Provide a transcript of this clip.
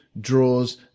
draws